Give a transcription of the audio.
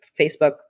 Facebook